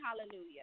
hallelujah